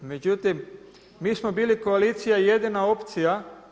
Međutim, mi smo bili koalicija „Jedina opcija“